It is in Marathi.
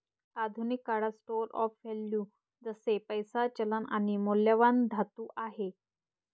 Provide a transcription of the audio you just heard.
आधुनिक काळात स्टोर ऑफ वैल्यू जसे पैसा, चलन आणि मौल्यवान धातू आहे